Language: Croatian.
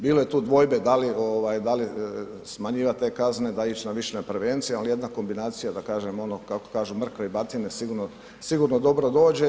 Bilo je tu dvojbe da li smanjivati te kazne i ići više na prevencije, ali jedna kombinacija da kažem ono kako kažu mrkve i batine sigurno dobro dođe.